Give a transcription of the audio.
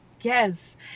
Yes